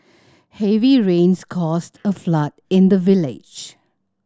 heavy rains caused a flood in the village